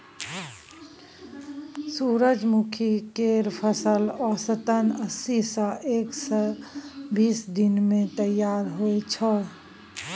सूरजमुखी केर फसल औसतन अस्सी सँ एक सय बीस दिन मे तैयार होइ छै